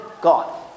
God